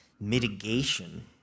mitigation